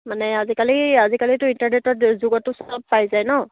মানে আজিকালি আজিকালিতো ইণ্টাৰনেটৰ যুগততো সব পাই যায় নহ্